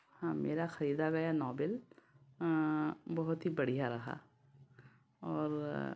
हाँ मेरा खरीदा गया नॉबेल बहुत ही बढ़िया रहा और